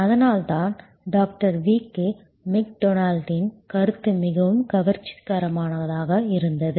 அதனால்தான் டாக்டர் விக்கு மெக்டொனால்டின் கருத்து மிகவும் கவர்ச்சிகரமானதாக இருந்தது